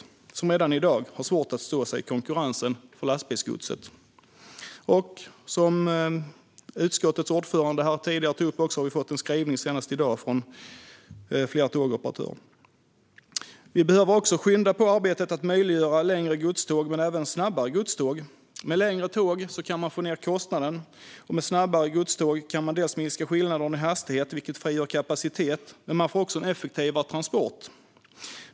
Järnvägstransporterna har redan i dag svårt att stå sig i konkurrensen från lastbilsgodset. Som utskottets ordförande tidigare tog upp har vi också så sent som i dag fått en skrivelse från flera tågoperatörer. Vi behöver också skynda på arbetet med att möjliggöra för längre och snabbare godståg. Med längre tåg kan man få ned kostnaderna. Och med snabbare godståg kan man minska skillnaderna i hastighet. Det frigör kapacitet, men man får också en effektivare transport.